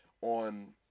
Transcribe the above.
on